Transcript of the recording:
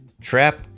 Trap